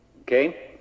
okay